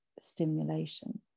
stimulation